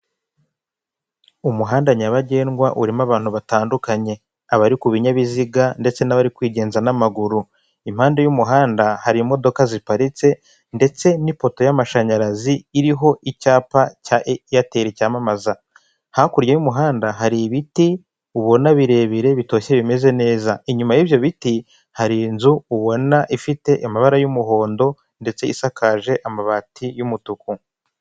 Abantu iyo bambaye impuzankano usanga bagaragara neza. Ikindi kandi bituma ubatandukanya n'aband. Kuko baba bambaye imyenda yanditseho icyo bashinzwe. Udupfukamunwa tudufasha kwirinda indwara zandurira mu buhumekero.